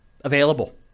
available